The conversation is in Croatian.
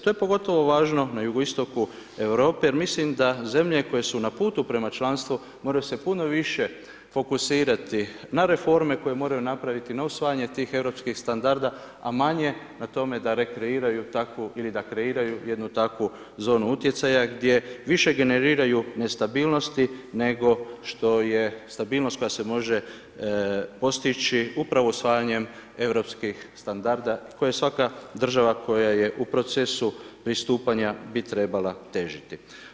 To je pogotovo važno na jugoistoku Europe, jer mislim da zemlje koje su na putu prema članstvu moraju se puno više fokusirati na reforme koje moraju napraviti na usvajanje tih europskih standarda, a manje na tome da rekreiraju takvu ili da kreiraju jednu takvu zonu utjecaja gdje više generiraju nestabilnosti, nego što je stabilnost koja se može postići upravo usvajanjem europskih standarda koje svaka država koja je u procesu pristupanja bi trebala težiti.